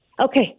Okay